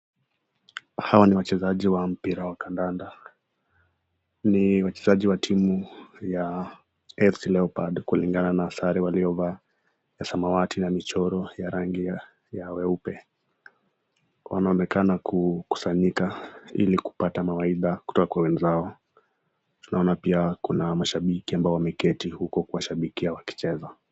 Hao ni wachezaji wa mpira wa kandanda ni wachezaji wa timu ya FC Leorpad kulingana na sare waliovaa ya samawati na michoro ya rangi ya weupe. Wanaonekana kukusanyika ili kupata wawaidha kutoka kwa wenzao, tunaona pia kuna mashabiki ambao wameketi huko ili kuwashabikia wakicheza.